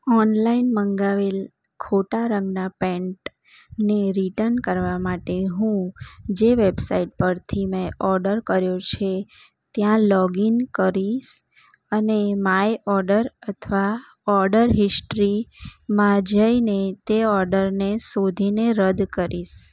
ઓલાઈન મંગાવેલા ખોટા રંગના પેન્ટ ને રિટન કરવા માટે હું જે વેબસાઈટ પરથી મેં ઓડર કર્યો છે ત્યાં લોગિન કરીશ અને માય ઓડર અથવા ઓડર હિસ્ટ્રી માં જઈને તે ઓડરને શોધીને રદ્દ કરીશ